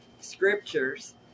scriptures